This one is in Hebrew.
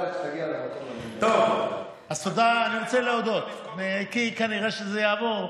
אז אני רוצה להודות, כי נראה שזה יעבור: